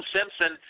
Simpson